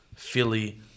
Philly